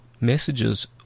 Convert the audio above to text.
messages